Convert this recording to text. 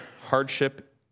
hardship